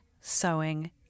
sewing